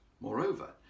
Moreover